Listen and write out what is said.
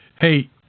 Hey